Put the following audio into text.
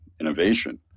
innovation